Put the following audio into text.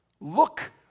Look